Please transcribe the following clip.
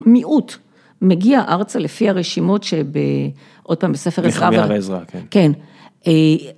מיעוט מגיע ארצה לפי הרשימות שב... עוד פעם, בספר עזרא. -נחמיה ועזרא. -כן.